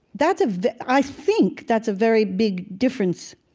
that's a very i think that's a very big difference.